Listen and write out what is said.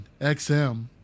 XM